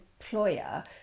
employer